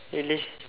really